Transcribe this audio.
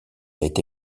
été